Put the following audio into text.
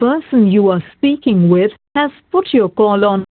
person you are speaking with has put your call on